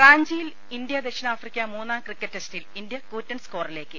റാഞ്ചിയിൽ ഇന്ത്യ ദക്ഷിണാഫ്രിക്ക മൂന്നാം ക്രിക്കറ്റ് ടെസ്റ്റിൽ ഇന്ത്യ കൂറ്റൻ സ്കോറിലേക്ക്